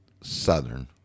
southern